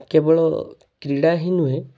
କେବଳ କ୍ରୀଡ଼ା ହିଁ ନୁହେଁ